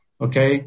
Okay